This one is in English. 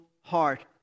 heart